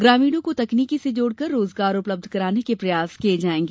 ग्रामीणों को तकनीक से जोड़कर रोजगार उपलब्ध कराने का प्रयास किया जायेंगा